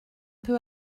peu